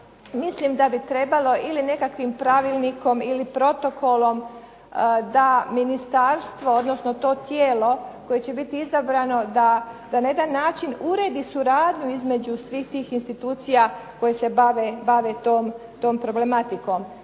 mislim da bi trebalo ili nekakvim pravilnikom ili protokolom da ministarstvo odnosno to tijelo koje će biti izabrano da na jedan način uredi suradnju između svih tih institucija koje se bave tom problematikom